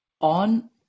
on